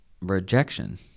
rejection